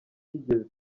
kigeze